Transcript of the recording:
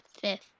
Fifth